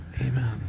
Amen